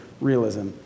realism